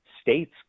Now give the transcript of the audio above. states